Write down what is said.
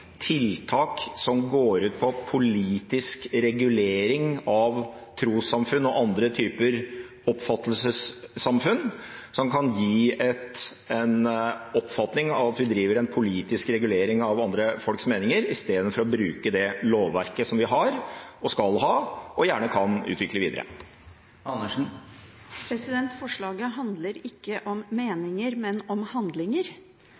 tiltak som går ut på politisk regulering av trossamfunn og andre typer livssynssamfunn, som kan gi en oppfatning av at vi driver en politisk regulering av andre folks meninger i stedet for å bruke det lovverket vi har og skal ha, og gjerne kan utvikle videre. Forslaget handler ikke om meninger, men om handlinger.